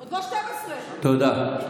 עוד לא 24:00. תודה.